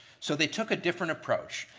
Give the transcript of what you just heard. so they took a different approach.